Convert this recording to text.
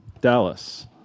Dallas